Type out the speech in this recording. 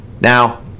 Now